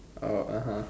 oh (uh huh)